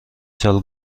سال